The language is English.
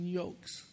yokes